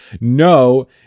No